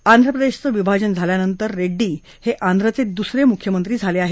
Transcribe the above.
आंध्रप्रदेशचं विभाजन झाल्यानंतर रेङ्डी हे आंध्रचे दुसरे मुख्यमंत्री झाले आहेत